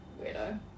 Weirdo